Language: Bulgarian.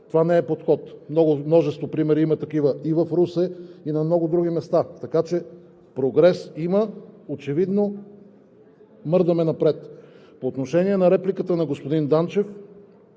това не е подход. Множество такива примери има и в Русе, и на много други места. Така че прогрес има, очевидно мърдаме напред. По отношение на репликата на господин Данчев